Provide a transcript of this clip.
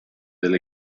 del